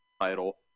title